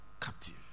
captive